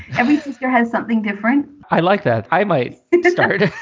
every sister has something different i like that. i might and start to